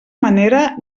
manera